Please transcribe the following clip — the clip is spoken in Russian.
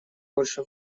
больше